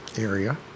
area